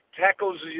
tackles